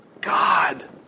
God